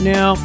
Now